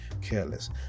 careless